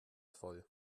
voll